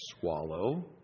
Swallow